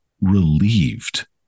relieved